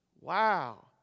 Wow